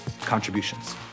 contributions